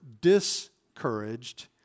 discouraged